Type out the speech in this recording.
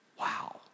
wow